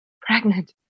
pregnant